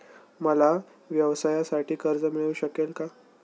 मला व्यवसायासाठी कर्ज मिळू शकेल का?